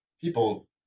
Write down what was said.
people